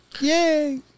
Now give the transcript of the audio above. Yay